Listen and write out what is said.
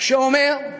חוק שאומר: